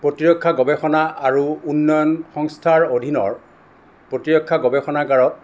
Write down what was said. প্ৰতিৰক্ষা গৱেষণা আৰু উন্নয়ন সংস্থাৰ অধীনৰ প্ৰতিৰক্ষা গৱেষণাগাৰত